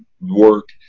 work